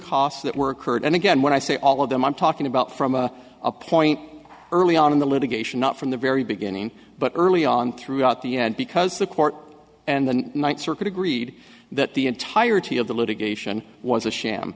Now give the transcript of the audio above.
costs that were current and again when i say all of them i'm talking about from a point early on in the litigation not from the very beginning but early on throughout the end because the court and the ninth circuit agreed that the entirety of the litigation was a sham